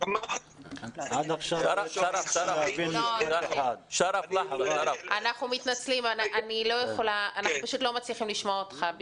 הסכסוך --- סליחה, לא מצליחים לשמוע אותך.